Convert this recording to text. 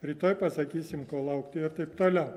rytoj pasakysim ko laukti ir taip toliau